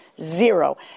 zero